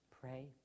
pray